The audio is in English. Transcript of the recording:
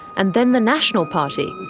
and then the national party,